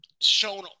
shown